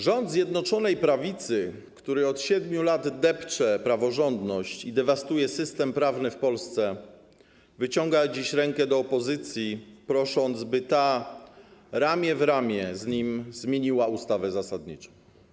Rząd Zjednoczonej Prawicy, który od 7 lat depcze praworządność i dewastuje system prawny w Polsce, wyciąga dziś rękę do opozycji, prosząc, aby opozycja ramię w ramię z rządem zmieniła ustawę zasadniczą.